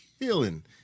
killing